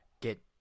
get